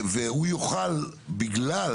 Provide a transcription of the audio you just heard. והוא יוכל, בגלל